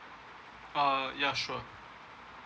uh ya sure